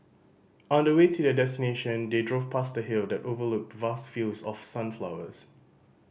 on the way to their destination they drove past a hill that overlooked vast fields of sunflowers